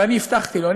ואני הבטחתי לו,